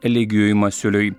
eligijui masiuliui